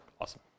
Awesome